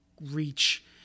reach